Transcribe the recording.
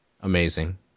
Amazing